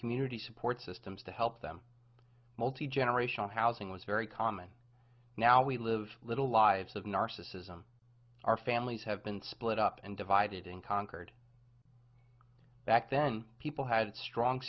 community support systems to help them multi generational housing was very common now we live a little lives of narcissism our families have been split up and divided and conquered back then people had strong